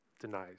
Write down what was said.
denies